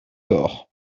gorre